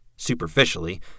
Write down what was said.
Superficially